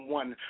one